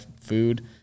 food